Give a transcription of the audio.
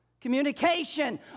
communication